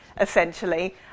essentially